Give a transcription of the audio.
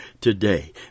today